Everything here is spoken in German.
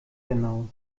genau